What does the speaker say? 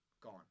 Gone